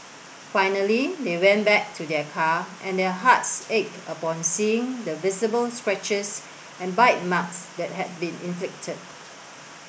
finally they went back to their car and their hearts ached upon seeing the visible scratches and bite marks that had been inflicted